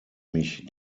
mich